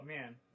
man